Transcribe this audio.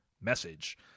message